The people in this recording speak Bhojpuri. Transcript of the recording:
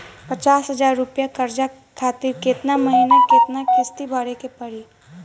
पचास हज़ार रुपया कर्जा खातिर केतना महीना केतना किश्ती भरे के पड़ी?